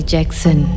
Jackson